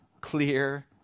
clear